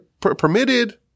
permitted